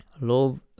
love